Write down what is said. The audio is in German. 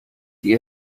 die